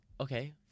Okay